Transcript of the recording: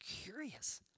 curious